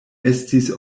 estis